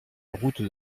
route